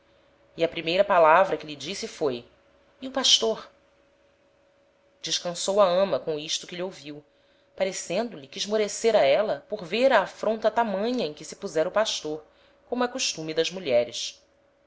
e a primeira palavra que lhe disse foi e o pastor descansou a ama com isto que lhe ouviu parecendo-lhe que esmorecêra éla por ver a afronta tamanha em que se pusera o pastor como é costume das mulheres